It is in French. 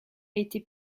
été